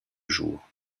jour